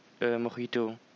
mojito